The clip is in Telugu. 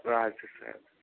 రాజు సార్